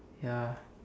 ya